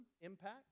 impact